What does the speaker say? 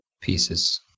Pieces